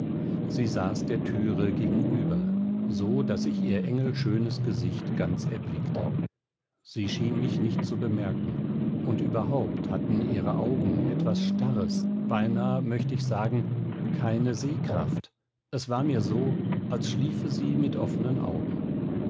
sie saß der türe gegenüber so daß ich ihr engelschönes gesicht ganz erblickte sie schien mich nicht zu bemerken und überhaupt hatten ihre augen etwas starres beinahe möcht ich sagen keine sehkraft es war mir so als schliefe sie mit offnen augen